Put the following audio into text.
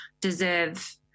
deserve